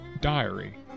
diary